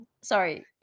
Sorry